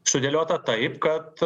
sudėliota taip kad